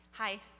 Hi